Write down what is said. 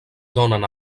donen